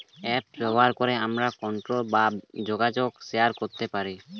apps ব্যবহার করে আমরা কন্টাক্ট বা যোগাযোগ শেয়ার করতে পারি